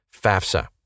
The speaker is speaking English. FAFSA